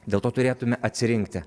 dėl to turėtume atsirinkti